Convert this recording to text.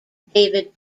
david